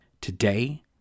Today